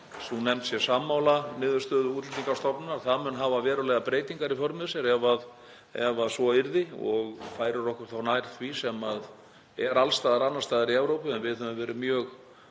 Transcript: sú nefnd sé sammála niðurstöðu Útlendingastofnunar. Það mun hafa verulegar breytingar í för með sér ef svo verður og færir okkur þá nær því sem er alls staðar annars staðar í Evrópu en við höfum verið mjög